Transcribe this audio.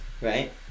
Right